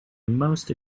most